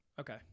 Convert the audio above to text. Okay